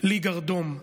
לי גרדום,